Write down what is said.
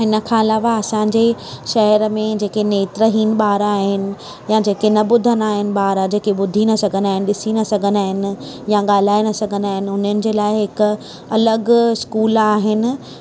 इनखां अलावा असांजे शहर में जेके नेत्रहीन ॿार आहिनि या जेके न ॿुधंदा आहिनि ॿार जेके ॿुधी न सघंदा आहिनि ॾिसी न सघंदा आहिनि या ॻाल्हाए न सघंदा आहिनि उन्हनि जे लाइ हिकु अलॻि स्कूल आहिनि